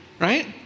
right